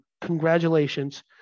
congratulations